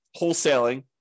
wholesaling